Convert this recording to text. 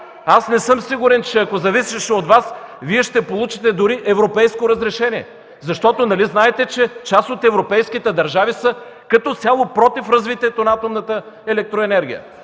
Аз не съм сигурен, че ако зависеше от Вас, Вие ще получите дори европейско разрешение, защото, нали знаете, че част от европейските държави са като цяло против развитието на атомната електроенергия